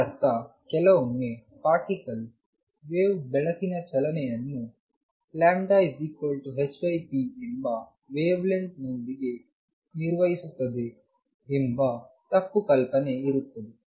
ಇದರರ್ಥ ಕೆಲವೊಮ್ಮೆ particle wave ಬೆಳಕಿನ ಚಲನೆಯನ್ನು λ hpಎಂಬ ವೇವ್ ಲೆಂತ್ ದೊಂದಿಗೆ ನಿರ್ವಹಿಸುತ್ತಿದೆ ಎಂಬ ತಪ್ಪು ಕಲ್ಪನೆ ಇರುತ್ತದೆ